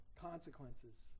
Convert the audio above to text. consequences